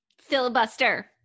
Filibuster